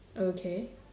okay